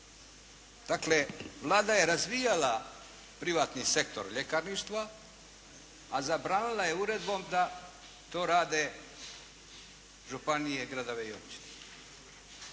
Dakle, Vlada je razvijala privatni sektor ljekarništva a zabranila je uredbom da to rade županije, gradovi i općine.